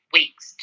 weeks